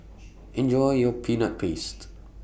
Enjoy your Peanut Paste